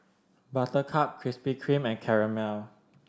Buttercup Krispy Kreme and Camel